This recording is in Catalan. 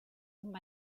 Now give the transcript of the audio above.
amb